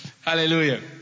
Hallelujah